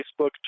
Facebook